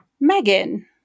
megan